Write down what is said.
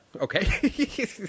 Okay